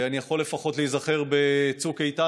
אני יכול לפחות להיזכר בצוק איתן,